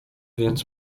więc